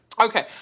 Okay